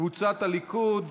קבוצת סיעת הליכוד,